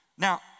Now